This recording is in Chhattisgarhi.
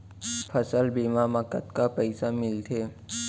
फसल बीमा म कतका पइसा मिलथे?